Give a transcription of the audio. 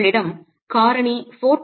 உங்களிடம் காரணி 4